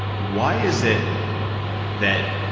why is it that,